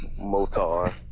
Motar